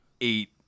eight